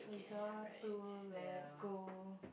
got to let go